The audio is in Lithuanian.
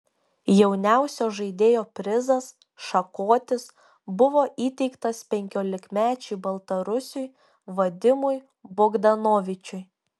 jauniausio žaidėjo prizas šakotis buvo įteiktas penkiolikmečiui baltarusiui vadimui bogdanovičiui